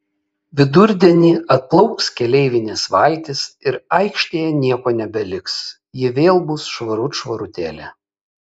vidurdienį atplauks keleivinės valtys ir aikštėje nieko nebeliks ji vėl bus švarut švarutėlė